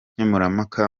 nkemurampaka